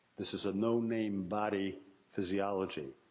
this is a no-name-body physiology.